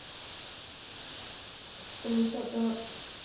ᱱᱤᱛᱳᱜ ᱫᱚ